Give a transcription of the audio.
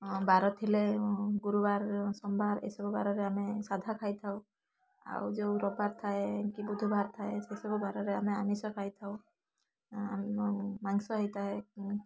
ବାର ଥିଲେ ଗୁରୁବାର ସୋମବାର ଏସବୁ ବାରରେ ଆମେ ସାଧା ଖାଇଥାଉ ଆଉ ଯୋଉ ରବିବାର ଥାଏ କି ବୁଧୁବାର ଥାଏ ସେସବୁ ବାରରେ ଆମେ ଆମିଷ ଖାଇଥାଉ ମାଂସ ହେଇଥାଏ